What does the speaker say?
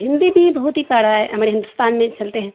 ہندی بھی بہت ہی پیارا ہے ہمارے ہندوستان میں چلتے ہیں